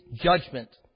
judgment